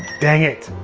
dang it.